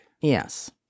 Yes